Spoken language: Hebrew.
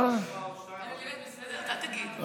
יש לך עוד שתיים וחצי דקות.